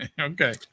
Okay